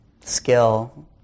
skill